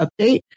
update